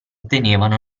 tenevano